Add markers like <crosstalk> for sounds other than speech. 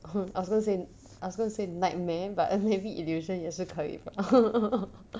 ha I was I was gonna say nightmare but maybe illusion 也是可以 lah <laughs>